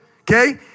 Okay